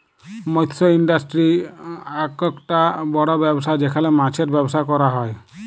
মৎস ইন্ডাস্ট্রি আককটা বড় ব্যবসা যেখালে মাছের ব্যবসা ক্যরা হ্যয়